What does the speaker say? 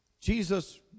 Jesus